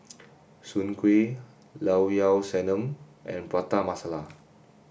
Soon Kuih Llao Llao Sanum and Prata Masala